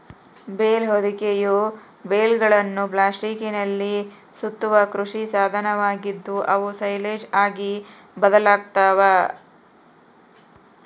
bale ಹೊದಿಕೆಯು ಬೇಲ್ಗಳನ್ನು ಪ್ಲಾಸ್ಟಿಕ್ನಲ್ಲಿ ಸುತ್ತುವ ಕೃಷಿ ಸಾಧನವಾಗಿದ್ದು, ಅವು ಸೈಲೇಜ್ ಆಗಿ ಬದಲಾಗ್ತವ